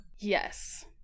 Yes